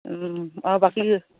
আৰু বাকী